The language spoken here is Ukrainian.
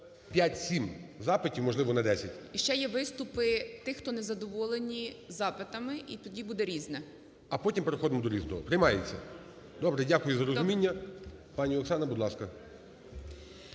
5-7 запитів, можливо, на 10… СИРОЇД О.І. І ще є виступи тих, хто не задоволені запитами, і тоді буде "Різне". ГОЛОВУЮЧИЙ. А потім переходимо до "Різного". Приймається? Добре. Дякую за розуміння. Пані Оксана, будь ласка.